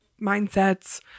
mindsets